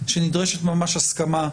שנדרשת ממש הסכמה.